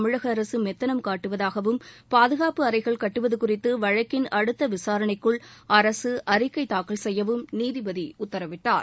தமிழகஅரசுமெத்தனம் காட்டுவதாகவும் சிலைகடத்தல் வழக்கில் பாதுகாப்பு அறைகள் கட்டுவதுகுறித்துவழக்கின் அடுத்தவிசாரணைக்குள் அரசுஅறிக்கைதாக்கல் செய்யவும் நீதிபதிஉத்தரவிட்டார்